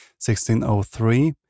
1603